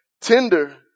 tender